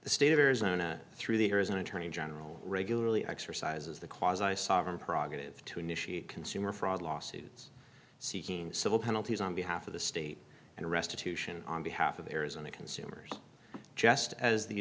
the state of arizona through the air as an attorney general regularly exercises the clause i sovereign progressives to initiate consumer fraud lawsuits seeking civil penalties on behalf of the state and restitution on behalf of the arizona consumers just as the